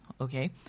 Okay